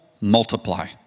multiply